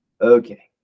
Okay